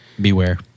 Beware